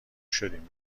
شدیم